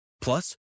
Plus